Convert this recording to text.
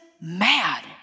mad